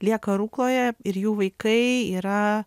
lieka rukloje ir jų vaikai yra